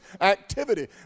activity